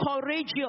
courageous